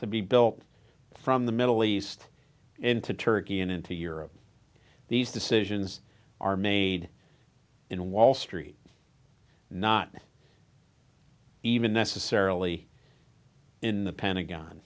to be built from the middle east into turkey and into europe these decisions are made in wall street not even necessarily in the pentagon